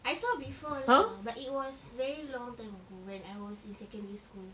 I saw before lah but it was a long time ago when I was in secondary school